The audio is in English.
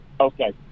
Okay